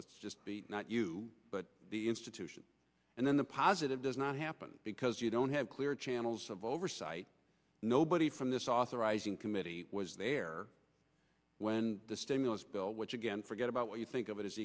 let's just be not you but the institution and then the positive does not happen because you don't have clear channels of oversight nobody from this authorizing committee was there when the stimulus bill which again forget about what you think of it as